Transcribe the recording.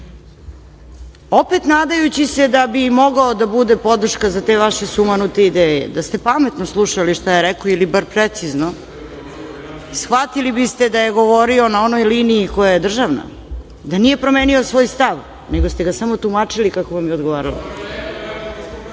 opet nadajući se da bi mogao da bude podrška za te vaše sumanute ideje. Da ste pametno slušali šta je rekao ili bar precizno, shvatili biste da je govorio na onoj liniji koja je državna, da nije promenio svoj stav, nego ste ga samo tumačili kako vam je odgovaralo. Sa